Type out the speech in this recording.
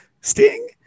Sting